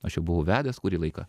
aš jau buvau vedęs kurį laiką